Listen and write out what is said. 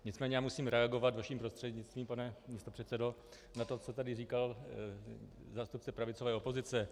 Nicméně musím reagovat vaším prostřednictvím, pane místopředsedo, na to, co tady říkal zástupce pravicové opozice.